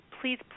please